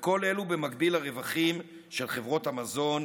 וכל אלו במקביל לרווחים של חברות המזון,